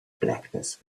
blackness